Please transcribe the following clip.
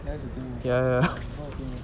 that's the thing a lot of thing ah